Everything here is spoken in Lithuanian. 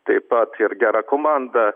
taip pat ir gera komanda